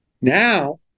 Now